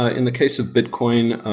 ah in the case of bitcoin,